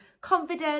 confident